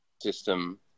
system